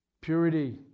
purity